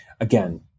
again